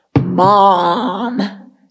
Mom